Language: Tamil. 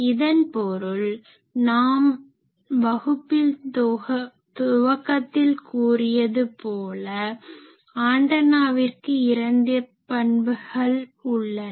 இதன் பொருள் நான் வகுப்பின் துவக்கத்தில் கூறியது போல ஆன்டனாவிற்கு இரண்டு முக்கிய பண்புகள் உள்ளன